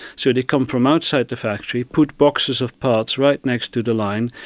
so they come from outside the factory, put boxes of parts right next to the line.